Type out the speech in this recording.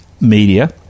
media